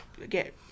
Get